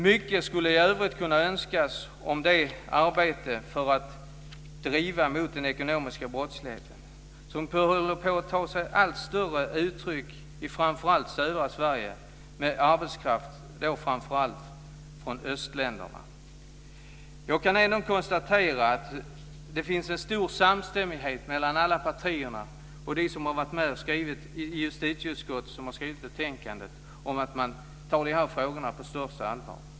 Mycket skulle i övrigt kunna önskas om att driva på arbetet mot den ekonomiska brottslighet som börjar ta sig allt grövre uttryck i särskilt södra Sverige med arbetskraft från framför allt östländerna. Jag kan ändå konstatera att det finns en stor samstämmighet mellan alla partier och dem i justitieutskottet som har varit med om att skriva betänkandet, att man tar de här frågorna på största allvar.